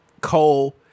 Cole